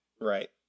Right